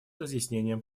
разъяснением